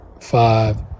five